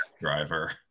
driver